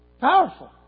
Powerful